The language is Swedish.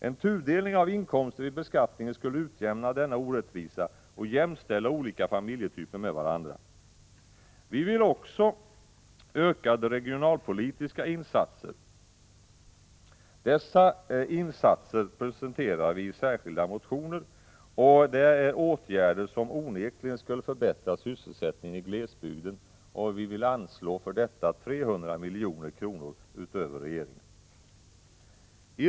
En tudelning av inkomsten vid beskattning skulle utjämna denna orättvisa och jämställa olika familjetyper med varandra. —- Vi vill också ha ökade regionalpolitiska insatser. Dessa insatser presenterar vi i särskilda motioner — och det är åtgärder som onekligen skulle förbättra sysselsättningen i glesbygden. Vi vill för detta anslå 300 milj.kr. utöver vad regeringen föreslår.